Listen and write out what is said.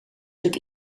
stuk